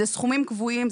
אלה סכומים קבועים,